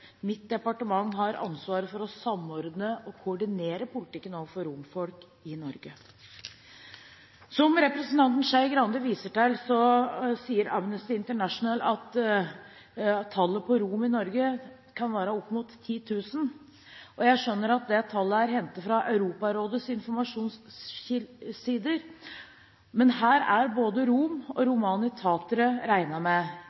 Mitt departement har ansvaret for å samordne og koordinere politikken overfor romfolk i Norge. Som representanten Skei Grande viser til, sier Amnesty International at tallet på romer i Norge kan være opp mot 10 000. Jeg skjønner at det tallet er hentet fra Europarådets informasjonssider, men her er både romer og romani/tatere regnet med.